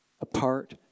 Apart